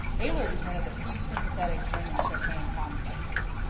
ehlert is one of the few sympathetic german chopin commentators,